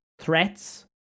threats